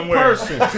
person